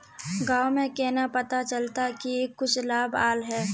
गाँव में केना पता चलता की कुछ लाभ आल है?